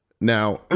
Now